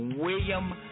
William